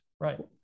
right